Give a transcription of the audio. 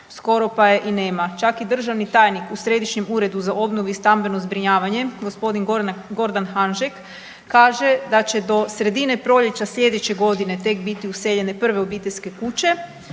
skoro pa je i nema. Čak i državni tajnik u Središnjem uredu za obnovu i stambeno zbrinjavanje gospodin Gordan Hanžek kaže da će do sredine proljeća sljedeće godine tek biti useljene prve obiteljske kuće,